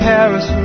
Paris